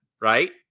right